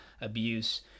abuse